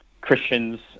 Christians